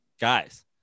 guys